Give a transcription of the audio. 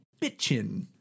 bitchin